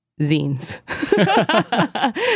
zines